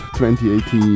2018